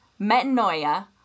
Metanoia